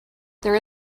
there